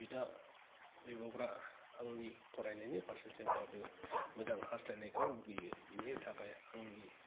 बिदा बिब'फ्रा आंनि फरायनायनि फारसे जेब्लायबो मोजां हास्थायनायखौ लुबैयो बेनि थाखाय आंनि